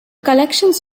collections